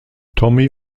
tommy